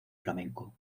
flamenco